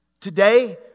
Today